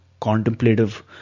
contemplative